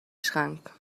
schrank